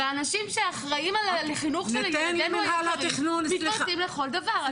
והאנשים שאחראים על החינוך של ילדינו היקרים מתפרצים לכל דבר.